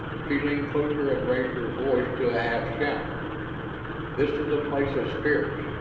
she leaned closer and raised her voice to a half shout this is a place of spirits!